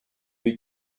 eat